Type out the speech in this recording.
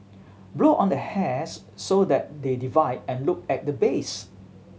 blow on the hairs so that they divide and look at the base